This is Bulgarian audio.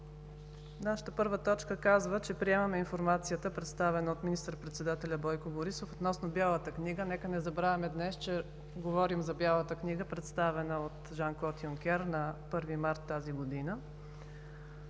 Нашата първа точка казва, че приемаме информацията, представена от министър-председателя Бойко Борисов, относно Бялата книга. Нека не забравяме днес, че говорим за Бялата книга, представена от Жан-Клод Юнкер на 1 март 2017 г.